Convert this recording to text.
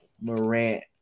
Morant